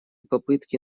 попытки